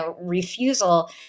refusal